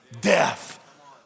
Death